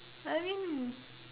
I mean